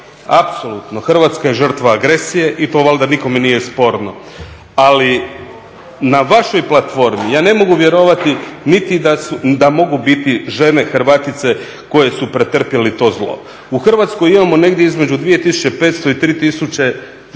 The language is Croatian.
Hrvatska je žrtva agresije i to valja nikome nije sporno ali na vašoj platformi ja ne mogu vjerovati niti da mogu biti žene Hrvatice koje su pretrpjele to zlo. U Hrvatskoj imamo negdje između 2500 i 3000 žrtava